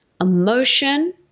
emotion